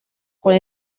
quan